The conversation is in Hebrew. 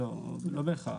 לא, לא בהכרח.